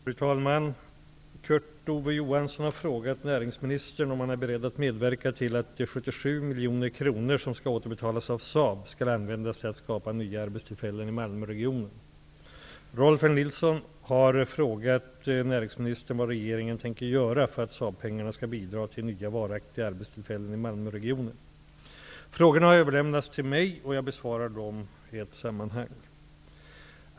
Fru talman! Kurt Ove Johansson har frågat näringsministern om han är beredd att medverka till att de 77 miljoner kronor som skall återbetalas av Saab Automobile AB skall användas till att skapa nya arbetstillfällen i Malmöregionen. Frågorna har överlämnats till mig och jag besvarar dem i ett sammanhang.